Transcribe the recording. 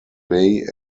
bay